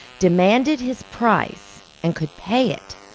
demanded his price, and could pay it,